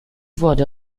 wurde